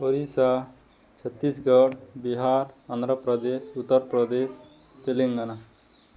Odisha Chhattisgarh Bihar Andhra Pradesh Uttar Pradesh Telangana